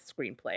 screenplay